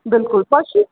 بِلکُل تۄہہِ چھُ